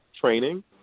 training